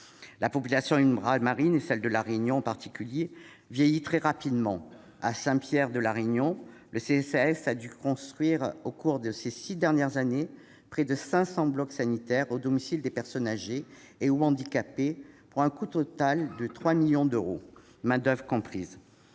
La population ultramarine, celle de La Réunion en particulier, vieillit très rapidement. À Saint-Pierre de La Réunion, la CCAS a dû construire au cours des six dernières années près de 500 blocs sanitaires au domicile de personnes âgées ou handicapées pour un coût total de 3 millions d'euros, main d'oeuvre comprise.